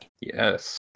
Yes